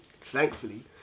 thankfully